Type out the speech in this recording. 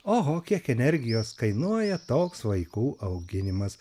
oho kiek energijos kainuoja toks vaikų auginimas